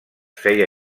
feia